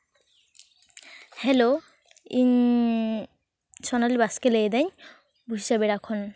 hello ᱤᱧ ᱥᱳᱱᱟᱞᱤ ᱵᱟᱥᱠᱮ ᱞᱟᱹᱭ ᱮᱫᱟᱹᱧ ᱵᱩᱨᱥᱟᱹ ᱵᱮᱲᱟ ᱠᱷᱚᱱ